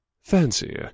Fancy